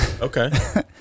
okay